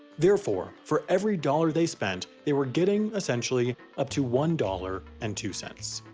therefore, for every dollar they spent they were getting, essentially, up to one dollar and two cents.